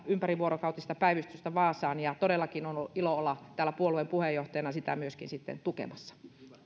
ympärivuorokautista päivystystä vaasaan ja todellakin on ilo olla täällä puolueen puheenjohtajana sitä myöskin tukemassa